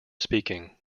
speaking